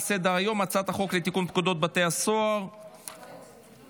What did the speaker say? כי הצעת חוק הסיוע המשפטי (תיקון מס' 26)